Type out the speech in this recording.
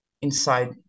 inside